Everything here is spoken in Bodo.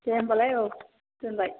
दे होनबालाय औ दोनबाय